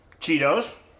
Cheetos